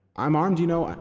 i'm armed, you know.